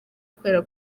kubera